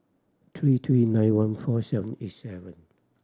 three three nine one four seven eight seven